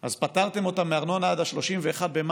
אז פטרתם אותם מארנונה עד 31 במאי.